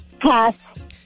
Pass